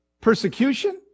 persecution